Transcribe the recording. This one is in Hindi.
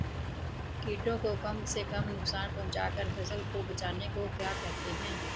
कीटों को कम से कम नुकसान पहुंचा कर फसल को बचाने को क्या कहते हैं?